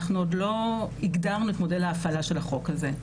עוד לא הגדרנו את מודל ההפעלה של החוק הזה,